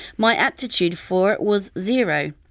my aptitude for it was zero.